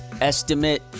Estimate